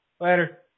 Later